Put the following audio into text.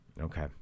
okay